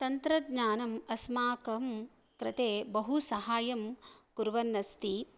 तन्त्रज्ञानम् अस्माकं कृते बहु सहायं कुर्वन् अस्ति